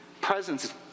Presence